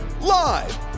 Live